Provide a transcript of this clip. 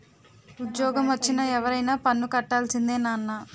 ఉజ్జోగమొచ్చిన ఎవరైనా పన్ను కట్టాల్సిందే నాన్నా